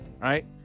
right